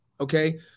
okay